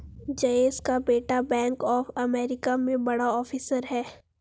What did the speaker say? जयेश का बेटा bank of America में बड़ा ऑफिसर है